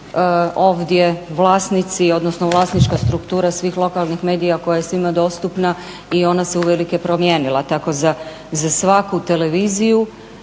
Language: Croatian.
ovdje vlasnici, odnosno vlasnička struktura svih lokalnih medija koja je svima dostupna i ona se uvelike promijenila, tako za svaku televiziju